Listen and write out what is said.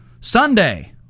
Sunday